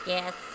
Yes